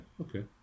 okay